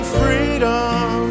freedom